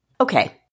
Okay